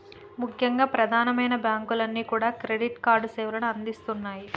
ముఖ్యంగా ప్రధానమైన బ్యాంకులన్నీ కూడా క్రెడిట్ కార్డు సేవలను అందిస్తున్నాయి